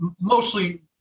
mostly